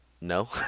No